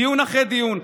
דיון אחרי דיון,